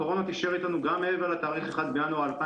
הקורונה תישאר איתנו גם מעבר לתאריך 01.01.2021,